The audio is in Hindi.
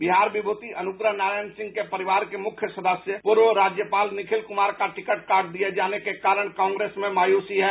बिहार विमूति अनुग्रह नारायण सिंह के परिवार के मुख्य सदस्य पूर्व राज्यपाल निखिल कुमार का टिकट काट दिए जाने के कारण कांग्रेस में मायूसी है